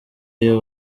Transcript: iyo